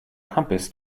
compass